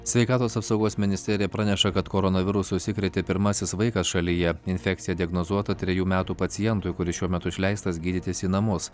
sveikatos apsaugos ministerija praneša kad koronavirusu užsikrėtė pirmasis vaikas šalyje infekcija diagnozuota trejų metų pacientui kuris šiuo metu išleistas gydytis į namus